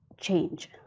change